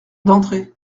d’entrer